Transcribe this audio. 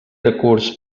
recurs